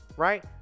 right